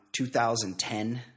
2010